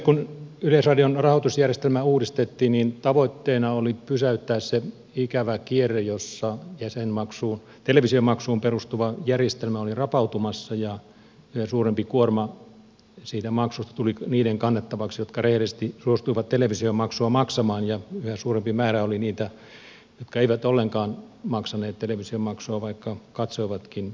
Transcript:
kun yleisradion rahoitusjärjestelmä uudistettiin niin tavoitteena oli pysäyttää se ikävä kierre jossa televisiomaksuun perustuva järjestelmä oli rapautumassa ja suurempi kuorma siitä maksusta tuli niiden kannettavaksi jotka rehellisesti suostuivat televisiomaksua maksamaan ja yhä suurempi määrä oli niitä jotka eivät ollenkaan maksaneet televisiomaksua vaikka katsoivatkin televisiota